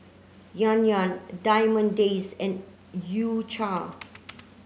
Yan Yan Diamond Days and U Cha